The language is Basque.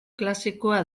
klasikoa